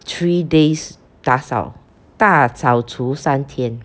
three days 打扫大扫除三天